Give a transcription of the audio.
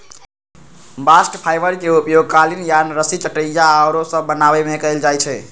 bast fibre के उपयोग कालीन, यार्न, रस्सी, चटाइया आउरो सभ बनाबे में कएल जाइ छइ